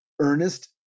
Ernest